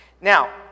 Now